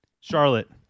charlotte